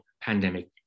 pandemic